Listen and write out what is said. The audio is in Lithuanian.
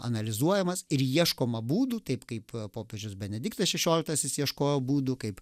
analizuojamas ir ieškoma būdų taip kaip popiežius benediktas šešioliktasis ieškojo būdų kaip